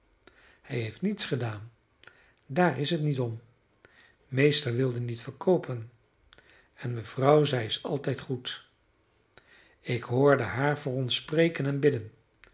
hij heeft niets gedaan daar is het niet om meester wilde niet verkoopen en mevrouw zij is altijd goed ik hoorde haar voor ons spreken